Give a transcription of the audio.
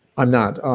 i'm not.